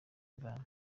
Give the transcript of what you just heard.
imvano